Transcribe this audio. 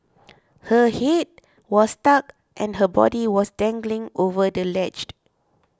her head was stuck and her body was dangling over the ledge